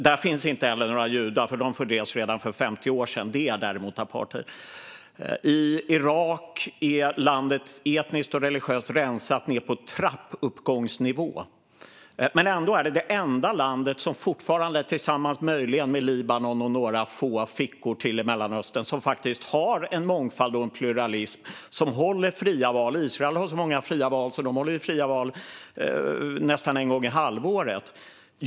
Där finns inte heller några judar, för de fördrevs redan för 50 år sedan. Det är däremot apartheid. Irak är etniskt och religiöst rensat ned på trappuppgångsnivå. Israel är det enda land som fortfarande - möjligen tillsammans med Libanon och några få andra fickor i Mellanöstern - har en mångfald och pluralism och håller fria val. Israel har så många fria val att de hålls nästan en gång i halvåret.